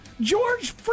George